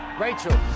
Rachel